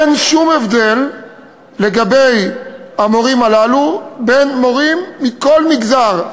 אין שום הבדל לגבי המורים הללו בין מורים מכל מגזר,